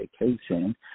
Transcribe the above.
vacation